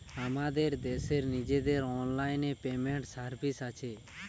আমাদের দেশের নিজেদের অনলাইন পেমেন্ট সার্ভিস আছে